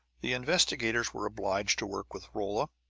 the investigators were obliged to work with rolla,